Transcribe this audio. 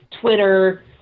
Twitter